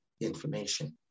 information